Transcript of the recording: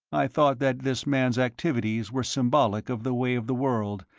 i thought that this man's activities were symbolic of the way of the world,